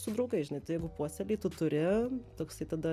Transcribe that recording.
su draugais žinai tai jeigu puoselėjai tu turi toksai tada